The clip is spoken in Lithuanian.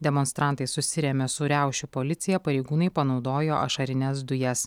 demonstrantai susirėmė su riaušių policija pareigūnai panaudojo ašarines dujas